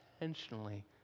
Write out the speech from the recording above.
intentionally